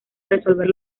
resolver